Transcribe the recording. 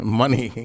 money